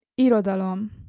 Irodalom